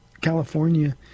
california